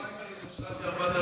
עכשיו בפריימריז הפסדתי 4,000 קולות.